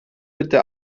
bitte